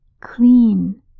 clean